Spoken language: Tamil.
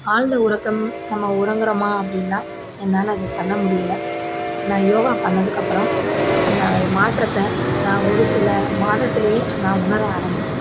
ஆழந்த உறக்கம் நம்ம உறங்குறோமா அப்படின்னா என்னால் அது பண்ணமுடியலை ஆனால் யோகா பண்ணதுக்கப்புறம் அந்த மாற்றத்தை நான் ஒருசில மாதத்திலையே நான் உணர ஆரமித்தேன்